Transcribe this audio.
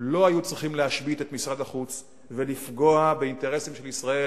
לא היו צריכים להשבית את משרד החוץ ולפגוע באינטרסים של ישראל,